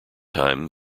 time